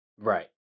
Right